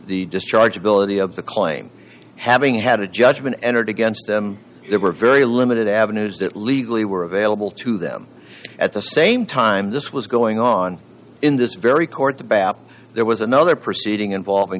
the discharge ability of the claim having had a judgment entered against them there were very limited avenues that legally were available to them at the same time this was going on in this very court the bapi there was another proceeding involving